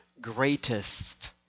greatest